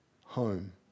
home